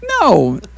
No